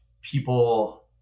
people